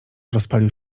rozpalił